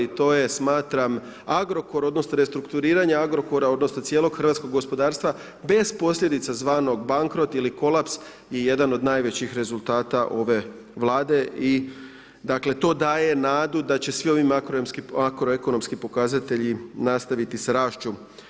To je smatram Agrokor, odnosno, restrukturiranje Agrokora, odnosno, cijelog hrvatskog gospodarstva bez posljedica zvanog bankrot ili kolaps i jedan od najvećih rezultata ove vlade i dakle, to daje nadu da će svim ovim makroekonomski pokazatelji nastaviti s rašću.